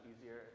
easier